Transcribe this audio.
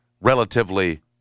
relatively